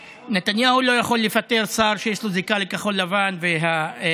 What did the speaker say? נתניהו לא יכול לפטר שר שיש לו זיקה לכחול לבן וההפך,